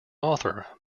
author